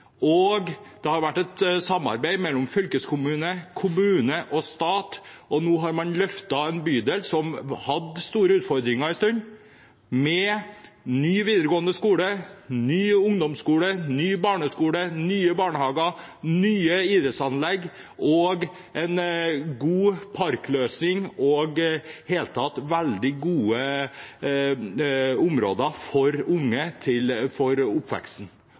årene. Det har vært et samarbeid mellom fylkeskommune, kommune og stat. Nå har man løftet en bydel som hadde store utfordringer en stund, med ny videregående skole, ny ungdomsskole, ny barneskole, nye barnehager, nye idrettsanlegg, en god parkløsning og i det hele tatt veldig gode områder for unge i oppveksten.